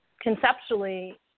conceptually –